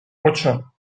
ocho